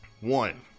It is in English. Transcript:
One